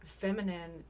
feminine